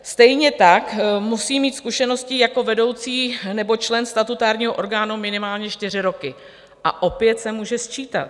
Stejně tak musí mít zkušenosti jako vedoucí nebo člen statutárního orgánu minimálně čtyři roky, a opět se může sčítat.